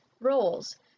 roles